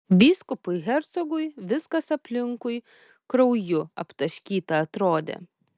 vyskupui hercogui viskas aplinkui krauju aptaškyta atrodė